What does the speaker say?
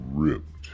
ripped